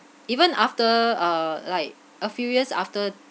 even after uh like a few years after